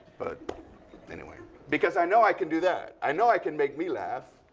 but anyway because i know i can do that. i know i can make me laugh.